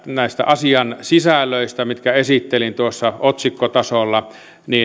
näistä asian sisällöistä mitkä esittelin tuossa otsikkotasolla